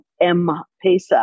M-Pesa